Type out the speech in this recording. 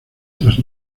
tras